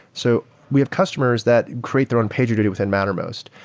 so we have customers that create their own pagerduty within mattermost.